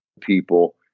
people